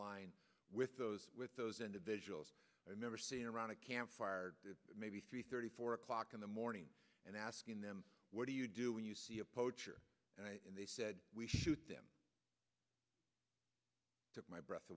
line with those with those individuals i remember seeing around a campfire maybe three thirty four o'clock in the morning and asking them what do you do when you see a poacher and they said we shoot them took my breath